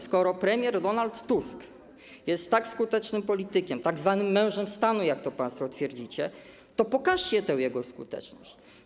Skoro premier Donald Tusk jest tak skutecznym politykiem, tzw. mężem stanu, jak państwo twierdzicie, to pokażcie tę jego skuteczność.